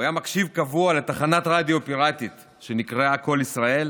הוא היה מקשיב קבוע לתחנת רדיו פיראטית שנקראה "קול ישראל",